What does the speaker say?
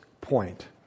point